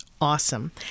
awesome